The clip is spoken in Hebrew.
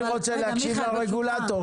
אני רוצה להקשיב לרגולטור,